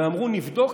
ואמרו: נבדוק,